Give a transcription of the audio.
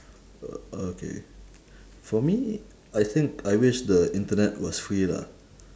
uh okay for me I think I wish the internet was free lah